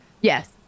Yes